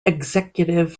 executive